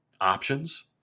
options